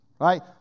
right